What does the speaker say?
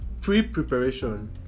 pre-preparation